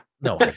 No